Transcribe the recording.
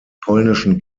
polnischen